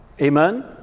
Amen